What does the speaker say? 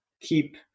keep